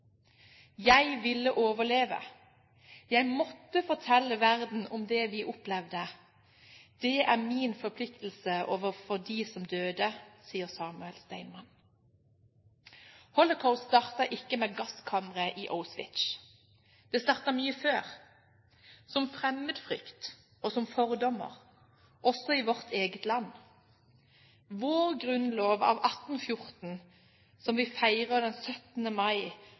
ville overleve. Jeg måtte fortelle verden om det vi opplevde. Det er min forpliktelse overfor de som døde, sier Samuel Steinmann.» Holocaust startet ikke med gasskammeret i Auschwitz. Det startet mye før, som fremmedfrykt og som fordommer, også i vårt eget land. Vår grunnlov av 1814 som vi feirer den 17. mai,